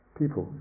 people